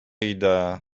idę